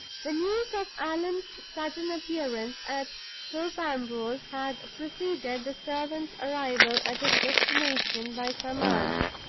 the news of allan's sudden appearance at thorpe ambrose had preceded the servant's arrival at his destination by some hours.